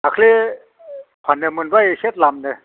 दाख्लि फाननो मोनबाय एसे द्लामनो